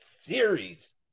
series